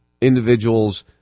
individuals